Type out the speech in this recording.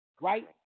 Right